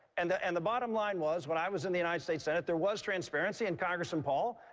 and the and the bottom line was, when i was in the united states senate, there was transparency, and congressman paul,